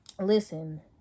listen